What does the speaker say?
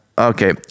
Okay